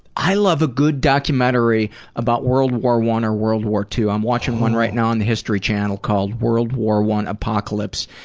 i a good documentary about world war one or world war two. i'm watching one right now on the history channel called world war one apocalypse.